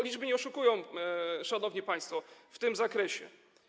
Liczby nie oszukują, szanowni państwo, w tym zakresie.